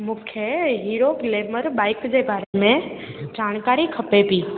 मूंखे Hero Glamour bike जे बारे में जानकारी खपे पई